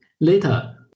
later